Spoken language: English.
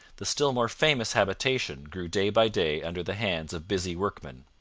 the still more famous habitation grew day by day under the hands of busy workmen.